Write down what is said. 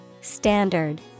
Standard